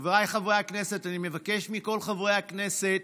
חבריי חברי הכנסת, אני מבקש מכל חברי הכנסת